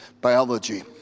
biology